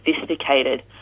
sophisticated